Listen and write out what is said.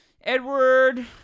Edward